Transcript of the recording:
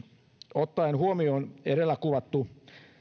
ottaen huomioon edellä kuvattu